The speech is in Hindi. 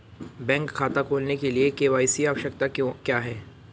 बैंक खाता खोलने के लिए के.वाई.सी आवश्यकताएं क्या हैं?